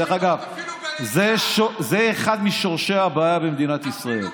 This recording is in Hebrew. דרך אגב, זה אחד משורשי הבעיה במדינת ישראל.